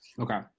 Okay